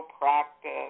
practice